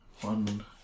One